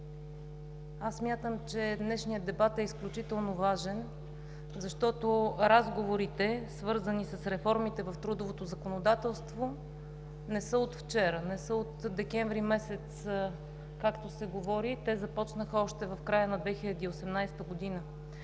Аз смятам, че днешният дебат е изключително важен, защото разговорите, свързани с реформите в трудовото законодателство, не са от вчера, не са от месец декември, както се говори, те започнаха още в края на 2018 г.